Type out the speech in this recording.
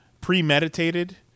premeditated